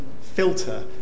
filter